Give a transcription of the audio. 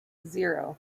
zero